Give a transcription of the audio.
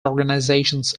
organisations